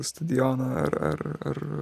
stadioną ar ar ar